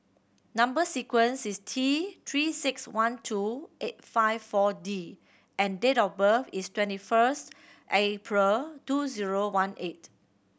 number sequence is T Three Six One two eight five Four D and date of birth is twenty first April two zero one eight